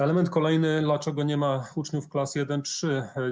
Element kolejny, dlaczego nie ma uczniów klas I-III.